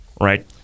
right